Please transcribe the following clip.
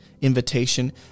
invitation